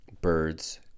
Birds